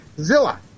Zilla